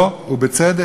לא, ובצדק.